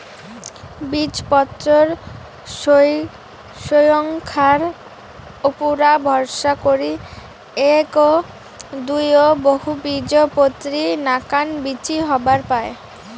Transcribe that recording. বীজপত্রর সইঙখার উপুরা ভরসা করি এ্যাক, দুই ও বহুবীজপত্রী নাকান বীচি হবার পায়